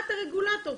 את הרגולטור.